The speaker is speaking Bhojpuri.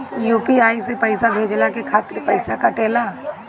यू.पी.आई से पइसा भेजने के खातिर पईसा कटेला?